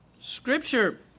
Scripture